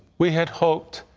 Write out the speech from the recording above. we had hoped.